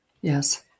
Yes